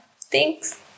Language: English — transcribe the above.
Thanks